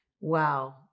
wow